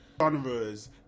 genres